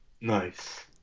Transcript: Nice